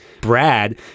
brad